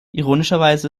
ironischerweise